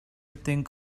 think